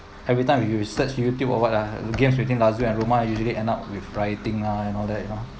everytime you search YouTube or what ah between lazio and roma usually end up with rioting lah and all that you know